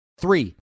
Three